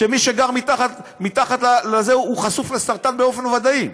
שמי שגר מתחת חשוף לסרטן באופן ודאי,